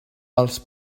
els